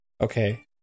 okay